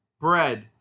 bread